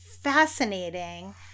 fascinating